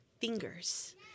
fingers